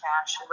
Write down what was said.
cash